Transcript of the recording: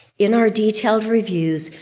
in our detailed reviews,